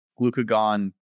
glucagon